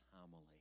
homily